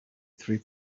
three